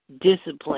discipline